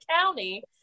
County